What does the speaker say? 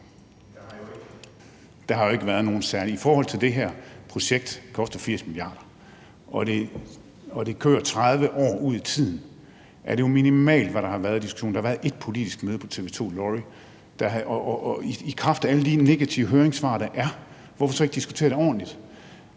Der har jo ikke været noget særligt. I forhold til at det her projekt koster 80 mia. kr. og det kører 30 år frem i tiden, er det jo minimalt, hvad der har været af diskussion. Der har været ét politisk møde på TV 2/Lorry. I kraft af alle de negative høringssvar, der har været, vil jeg spørge: Hvorfor så ikke diskutere det ordentligt?